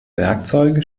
werkzeuge